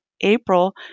April